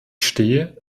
stehe